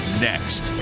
Next